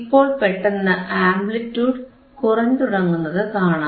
ഇപ്പോൾ പെട്ടെന്ന് ആംപ്ലിറ്റിയൂഡ് കുറഞ്ഞുതുടങ്ങുന്നതു കാണാം